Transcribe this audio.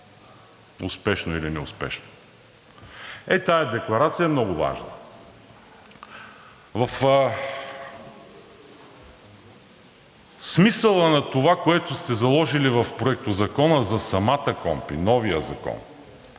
успешно или неуспешно. Е, тази декларация е много важна. В смисъла на това, което сте заложили в Проектозакона за самата КПКОНПИ – новия закон,